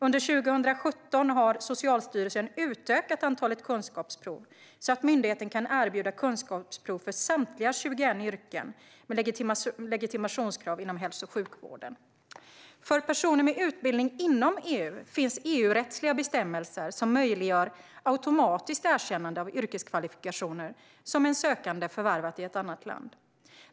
Under 2017 har Socialstyrelsen utökat antalet kunskapsprov så att myndigheten kan erbjuda kunskapsprov för samtliga 21 yrken med legitimationskrav inom hälso och sjukvården. För personer med utbildning inom EU finns EU-rättsliga bestämmelser som möjliggör automatiskt erkännande av yrkeskvalifikationer som en sökande förvärvat i ett annat land.